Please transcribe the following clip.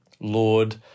Lord